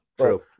True